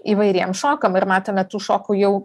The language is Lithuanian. įvairiem šokam ir matome tų šokų jau